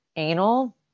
anal